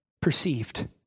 Perceived